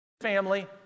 family